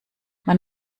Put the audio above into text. man